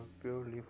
purely